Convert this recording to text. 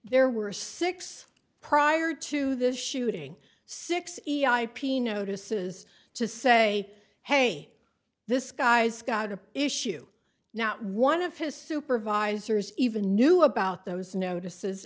there were six prior to this shooting six e i pino disses to say hey this guy's got a issue now one of his supervisors even knew about those notices